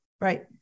Right